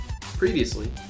Previously